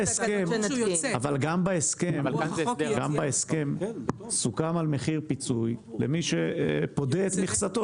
אבל גם בהסכם סוכם על מחיר פיצוי למי שפודה את מכסתו,